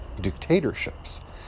dictatorships